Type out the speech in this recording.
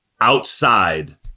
Outside